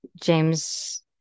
James